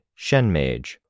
Shenmage